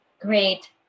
great